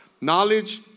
knowledge